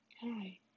hi